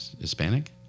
Hispanic